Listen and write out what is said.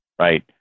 right